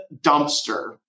dumpster